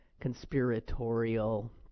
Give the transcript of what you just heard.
conspiratorial